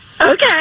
okay